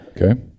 Okay